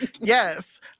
Yes